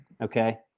Okay